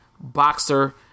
Boxer